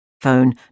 Phone